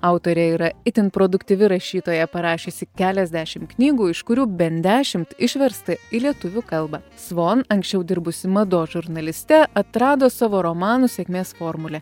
autorė yra itin produktyvi rašytoja parašiusi keliasdešim knygų iš kurių bent dešimt išversta į lietuvių kalbą svon anksčiau dirbusi mados žurnaliste atrado savo romanų sėkmės formulę